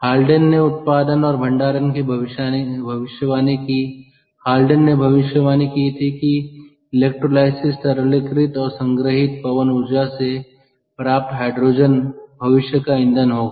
Haldane ने उत्पादन और भंडारण की भविष्यवाणी की हाल्डेन ने भविष्यवाणी की थी कि इलेक्ट्रोलिसिस तरलीकृत और संग्रहीत पवन ऊर्जा से प्राप्त हाइड्रोजन भविष्य का ईंधन होगा